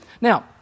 Now